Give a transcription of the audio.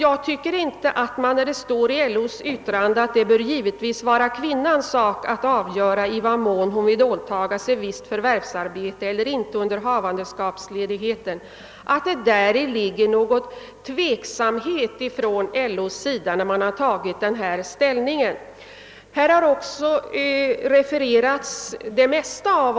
Jag tycker inte att LO:s skrivning, att det bör vara kvinnans sak att avgöra i vad mån hon vill åtaga sig förvärvsarbete under havandeskapstiden, tyder på någon tveksamhet hos LO. Det mesta av vad som står i LO:s yttrande har refererats under debatten.